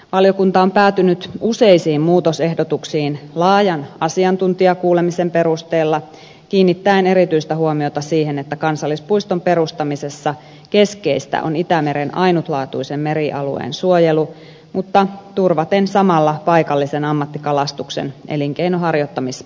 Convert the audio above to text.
valiokunta on päätynyt useisiin muutosehdotuksiin laajan asiantuntijakuulemisen perusteella kiinnittäen erityistä huomiota siihen että kansallispuiston perustamisessa keskeistä on itämeren ainutlaatuisen merialueen suojelu mutta turvaten samalla paikallisen ammattikalastuksen elinkeinon harjoittamisedellytykset